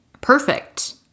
perfect